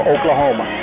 Oklahoma